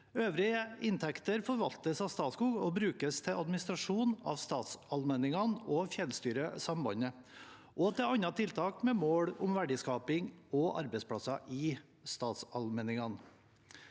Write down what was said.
Øvrige inntekter forvaltes av Statskog og brukes til administrasjon av statsallmenningene og fjellstyresambandet og til andre tiltak med mål om verdiskaping og arbeidsplasser i statsallmenningene.